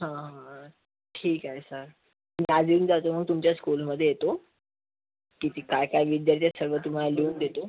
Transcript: हा हा ठीक आहे सर मी आज येऊन जातो मग तुमच्या स्कूलमध्ये येतो किती काय काय वित द्यायच्या सर्व तुम्हाला लिहून देतो